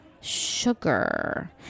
sugar